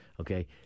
Okay